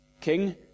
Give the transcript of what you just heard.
King